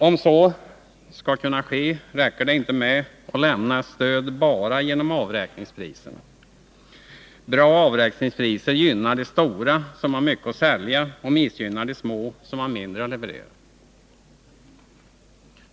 Om så skall kunna ske räcker det inte med att lämna stöd bara genom avräkningspriserna. Bra avräkningspriser gynnar de stora som har mycket att sälja och missgynnar de små som har mindre att leverera.